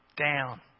down